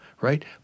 right